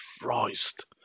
Christ